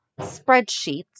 spreadsheets